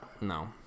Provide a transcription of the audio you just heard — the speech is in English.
No